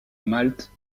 malte